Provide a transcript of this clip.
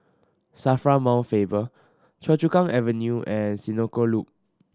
SAFRA Mount Faber Choa Chu Kang Avenue and Senoko Loop